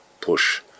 push